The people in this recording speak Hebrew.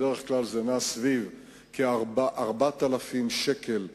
בדרך כלל זה נע סביב כ-4,000 שקל ליחידה.